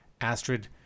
Astrid